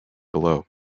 below